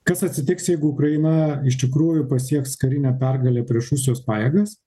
kas atsitiks jeigu ukraina iš tikrųjų pasieks karinę pergalę prieš rusijos pajėgas